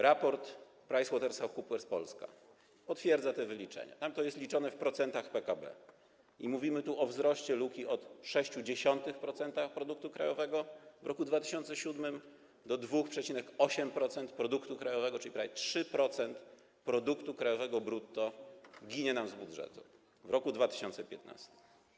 Raport PricewaterhouseCoopers Polska potwierdza te wyliczenia, tam to jest liczone w procentach PKB i mówimy tu o wzroście luki od 0,6% produktu krajowego w roku 2007 r. do 2,8% produktu krajowego, czyli prawie 3% produktu krajowego brutto ginie nam z budżetu w roku 2015.